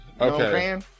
Okay